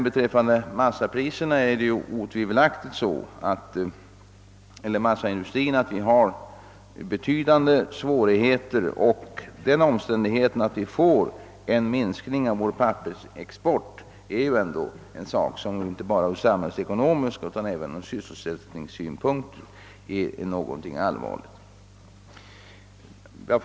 Beträffande massaindustrin har otvivelaktigt uppstått svårigheter, och den omständigheten att vår pappersexport kommer att minska är synnerligen allvarlig från både samhällsekonomisk synpunkt och sysselsättningssynpunkt.